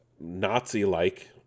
Nazi-like